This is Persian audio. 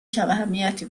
کماهمیتی